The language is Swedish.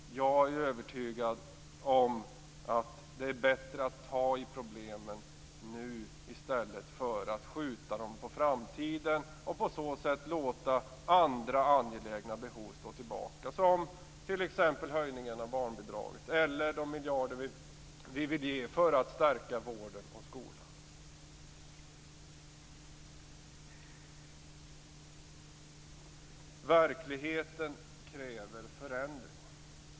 Jag är övertygad om att det är bättre att ta i problemen nu i stället för att skjuta dem på framtiden och på så sätt låta andra angelägna behov stå tillbaka, som t.ex. behovet att höja barnbidraget eller behovet att stärka vården och skolan med miljarder. Verkligheten kräver förändring.